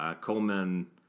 Coleman